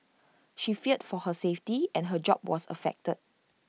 she feared for her safety and her job was affected